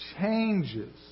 changes